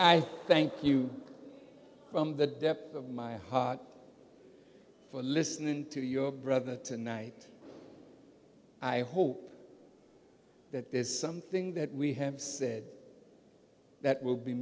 cuba thank you from the depths of my heart for listening to your brother tonight i hope that there is something that we have said that will be